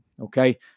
Okay